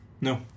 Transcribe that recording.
no